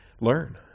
learn